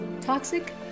toxic